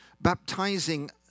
baptizing